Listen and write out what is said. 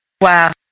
Wow